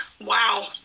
Wow